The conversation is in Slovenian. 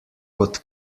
kot